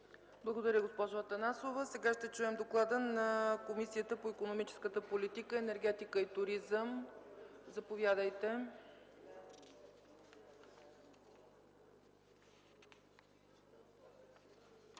Благодаря, госпожо Атанасова. Сега ще чуем доклада на Комисията по икономическата политика, енергетика и туризъм. Заповядайте,